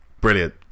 Brilliant